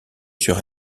sur